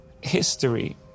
history